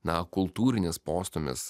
na kultūrinis postūmis